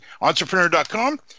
entrepreneur.com